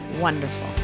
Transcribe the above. wonderful